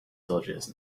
dodges